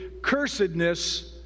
cursedness